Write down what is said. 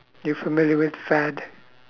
you familiar with fad